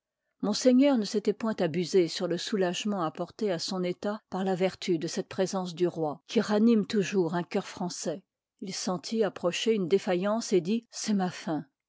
monseigneur ne s'étoit point abusé stfr îè soulagement apporté à son état parla ter lu de cette présence du roi qui ranime toujours un cœur français il sentit approcher une défaillance et dit c'est ma fin